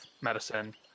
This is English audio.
medicine